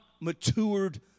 matured